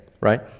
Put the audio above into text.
right